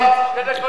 לא, שתי דקות יותר.